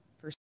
first